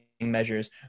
measures